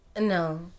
no